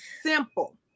Simple